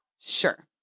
Sure